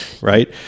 right